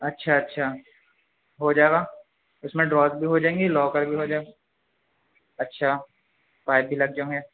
اچھا اچھا ہو جائے گا اس میں ڈرار بھی ہو جائیں گے لوکر بھی ہو جائے گا اچھا پائپ بھی لگ جائیں گے